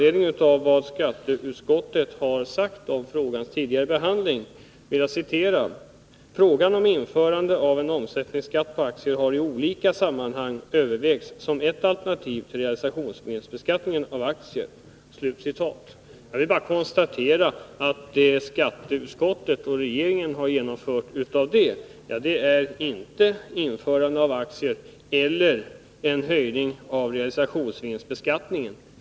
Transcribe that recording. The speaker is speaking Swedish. Låt mig citera vad skatteutskottet skriver under rubriken Frågans tidigare behandling: ”Frågan om införande av en omsättningsskatt på aktier har i olika sammanhang övervägts som ett alternativ till realisationsvinstbeskattningen av aktier.” Jag konstaterar att varken skatteutskottet eller regeringen har genomfört vare sig ett införande av omsättningsskatt på aktier eller en höjning av realisationsvinstbeskattningen.